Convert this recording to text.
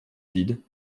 vide